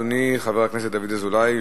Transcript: אדוני חבר הכנסת דוד אזולאי,